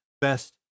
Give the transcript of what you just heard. best